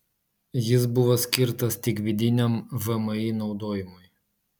jis buvo skirtas tik vidiniam vmi naudojimui